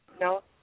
no